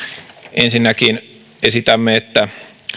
ensinnäkin esitämme että